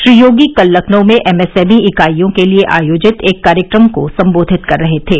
श्री योगी कल लखनऊ में एमएसएमई इकाईयों के लिये आयोजित एक कार्यक्रम को संबोधित कर रहे थे